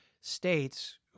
states